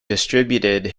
distributed